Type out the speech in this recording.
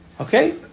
Okay